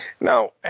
Now